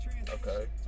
Okay